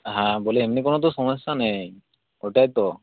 হ্যাঁ বলি এমনি কোনো তো সমস্যা নেই ওটাই তো